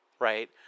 right